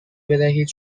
بدهید